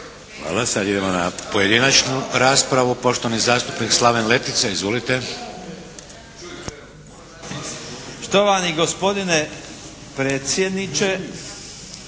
Hvala. Sada idemo na pojedinačnu raspravu. Poštovani zastupnik Slaven Letica. Izvolite. **Letica, Slaven (Nezavisni)**